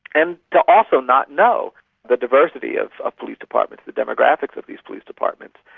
and to also not know the diversity of ah police departments, the demographics of these police departments.